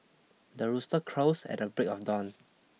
the rooster crows at the break of dawn